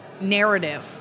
narrative